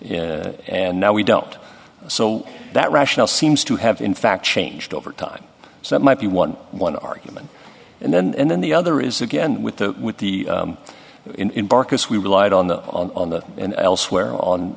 evidence and now we don't so that rationale seems to have in fact changed over time so that might be one one argument and then and then the other is again with the with the in barcus we relied on the on the and elsewhere on